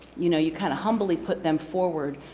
you know you kind of humbly put them forward.